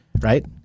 right